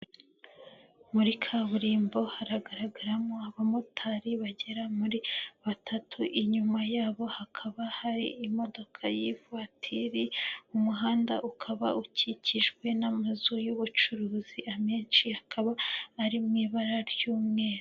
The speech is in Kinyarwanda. Muri kaburimbo haragaragaramo abamotari bagera muri batatu, inyuma yabo hakaba hari imodoka y'ivatiri, umuhanda ukaba ukikijwe n'amazu y'ubucuruzi, amenshi akaba ari mu ibara ry'umweru.